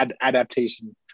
adaptation